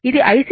ఇది IC